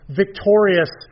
victorious